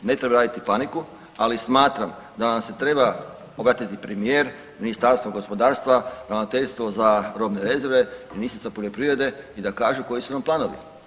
Ne treba raditi paniku, ali smatram da nam se treba obratiti premijer, Ministarstvo gospodarstva, Ravnateljstvo za robne rezerve, ministrica poljoprivrede i da kažu koji su nam planovi.